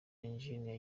engineer